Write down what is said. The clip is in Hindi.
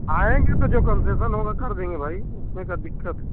आएंगे तो जो कन्सेशन होगा कर देंगे भाई उसमे का दिक्कत है